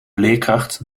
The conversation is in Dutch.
leerkracht